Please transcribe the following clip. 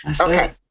okay